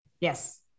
Yes